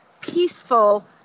peaceful